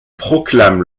proclame